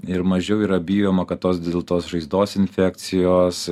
ir mažiau yra bijoma kad tos dėl tos žaizdos infekcijos